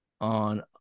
on